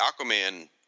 aquaman